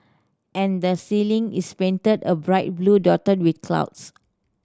and the ceiling is painted a bright blue dotted with clouds